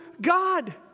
God